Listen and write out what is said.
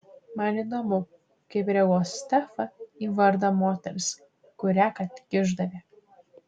man įdomu kaip reaguos stefa į vardą moters kurią ką tik išdavė